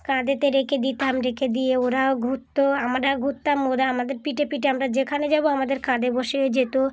কাঁধেতে রেখে দিতাম রেখে দিয়ে ওরাও ঘুরত আমরা ঘুরতাম ওরা আমাদের পিঠে পিঠে আমরা যেখানে যাব আমাদের কাঁধে বসে যেত